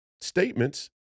statements